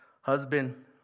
husband